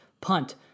punt